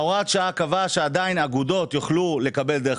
הוראת השעה קבעה שעדיין אגודות יוכלו לקבל דרך